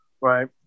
right